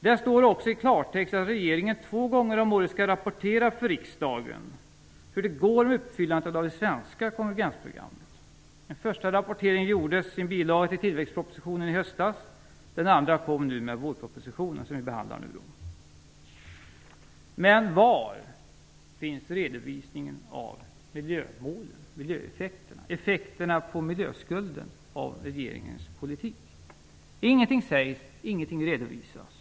Där står också i klartext att regeringen två gånger om året skall rapportera för riksdagen om hur det går med uppfyllandet av det svenska konvergensprogrammet. Den första rapporteringen gjordes i en bilaga till tillväxtpropositionen i höstas och den andra kom nu med den vårproposition som vi nu behandlar. Men var finns redovisningen av miljömålen, miljöeffekterna och effekterna på miljöskulden av regeringens politik? Ingenting sägs. Ingenting redovisas.